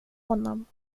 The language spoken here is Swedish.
honom